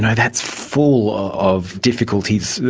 and that's full of difficulties,